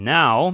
now